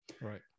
Right